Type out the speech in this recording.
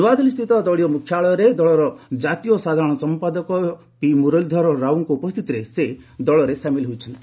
ନୂଆଦିଲ୍ଲୀସ୍ଥିତ ଦଳୀୟ ମୁଖାଳୟରେ ଦଳର ଜାତୀୟ ସାଧାରଣ ସମ୍ପାଦକ ପିମୁରଲୀ ଧର ରାଓଙ୍କ ଉପସ୍ଥିତିରେ ସେ ଦଳରେ ସାମିଲ ହୋଇଛନ୍ତି